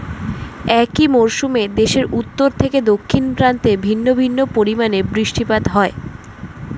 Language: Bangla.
একই মরশুমে দেশের উত্তর থেকে দক্ষিণ প্রান্তে ভিন্ন ভিন্ন পরিমাণে বৃষ্টিপাত হয়